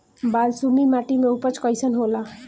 बालसुमी माटी मे उपज कईसन होला?